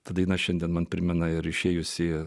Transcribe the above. ta daina šiandien man primena ir išėjusį